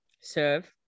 Serve